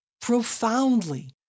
profoundly